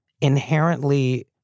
inherently